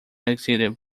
executive